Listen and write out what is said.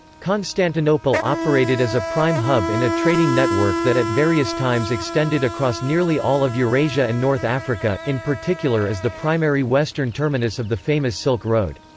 constantinople operated as a prime hub in a trading network that at various times extended across nearly all of eurasia and north africa, in particular as the primary western terminus the famous silk road.